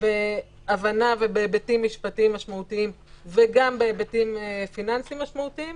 בהבנה ובהיבטים משפטים משמעותיים וגם בהיבטים פיננסיים משמעותיים,